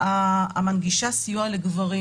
המנגישה סיוע לגברים.